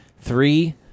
Three